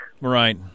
right